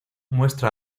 muestra